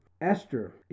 Esther